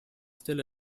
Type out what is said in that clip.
still